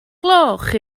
gloch